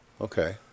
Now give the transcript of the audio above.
Okay